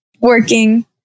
working